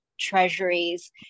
treasuries